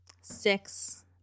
six